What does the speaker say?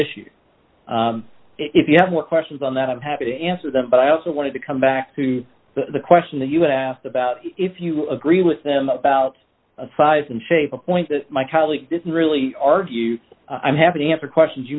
issue if you have more questions on that i'm happy to answer them but i also wanted to come back to the question that you had asked about if you agree with them about size and shape a point that my colleague didn't really argue i'm happy to answer questions you